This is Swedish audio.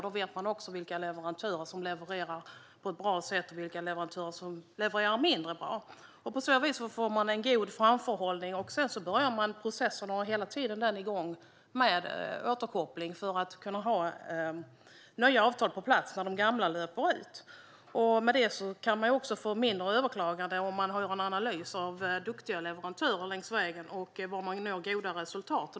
Då vet man också vilka leverantörer som levererar på ett bra sätt och vilka leverantörer som levererar mindre bra. På så vis får man en god framförhållning. Man börjar processen och har den hela tiden igång, med återkoppling för att kunna ha nya avtal på plats när de gamla löper ut. Med det kan man också få färre överklaganden, det vill säga om man har en analys av duktiga leverantörer längs vägen och var man når goda resultat.